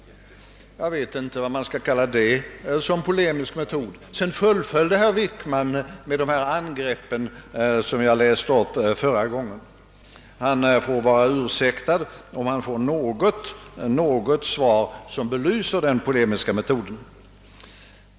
Jag vet inte vad man skall kalla denna polemiska metod. Sedan fullföljde statsrådet Wickman det hela med de angrepp som jag läste upp i mitt förra anförande. Han får ursäkta om han då får ett svar som belyser den polemiska metoden.